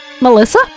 Melissa